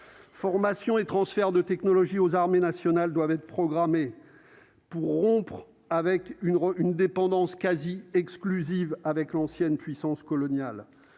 formation et transfert de technologie aux armées nationales doivent être programmées pour rompre avec une une dépendance quasi exclusive avec l'ancienne puissance coloniale,